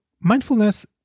mindfulness